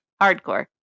hardcore